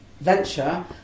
venture